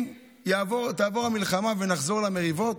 אם תעבור המלחמה ונחזור למריבות,